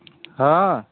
हाँ